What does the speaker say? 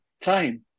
time